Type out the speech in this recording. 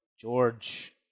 George